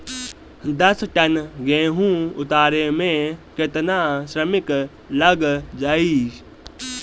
दस टन गेहूं उतारे में केतना श्रमिक लग जाई?